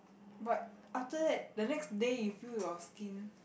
but after that the next day you feel your skin